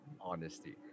honesty